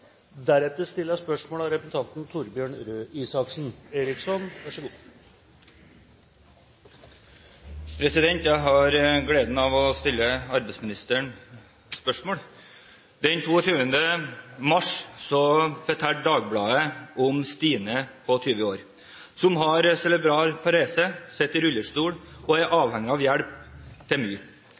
Jeg har gleden av å stille arbeidsministeren spørsmål. Den 22. mars fortalte Dagbladet om Stine på 20 år, som har cerebral parese, sitter i rullestol og er avhengig av hjelp til mye.